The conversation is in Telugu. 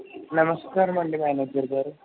నమస్కారమండి మ్యానేజర్ గారు